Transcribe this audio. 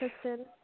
Kristen